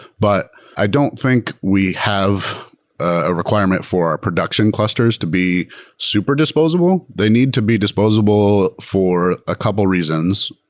but i don't think we have a requirement for our production clusters to be super disposable. they need to be disposable for a couple of reasons.